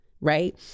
right